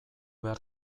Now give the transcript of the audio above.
behar